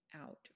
out